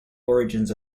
origins